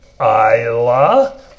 Isla